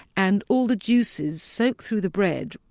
and all the juices soak through the bread,